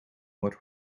what